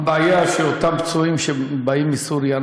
הבעיה היא שאותם פצועים שבאים מסוריה,